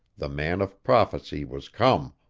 the man of prophecy was come.